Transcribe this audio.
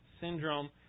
syndrome